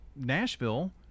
Nashville